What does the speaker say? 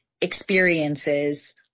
experiences